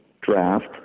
draft